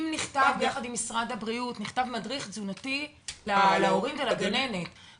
יחד עם משרד הבריאות נכתב מדריך תזונתי להורים ולגננת,